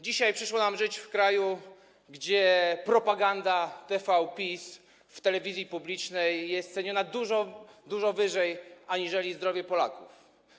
Dzisiaj przyszło nam żyć w kraju, gdzie propaganda TV PiS w telewizji publicznej jest ceniona dużo wyżej niż zdrowie Polaków.